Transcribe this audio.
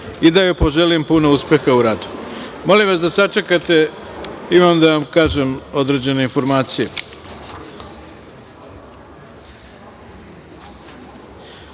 i da joj poželim puno uspeha u radu. Molim vas da sačekate, imam da vam kažem određene informacije. Pošto